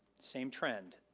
same trend.